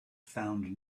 found